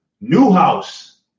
Newhouse